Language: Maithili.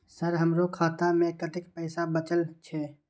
सर हमरो खाता में कतेक पैसा बचल छे?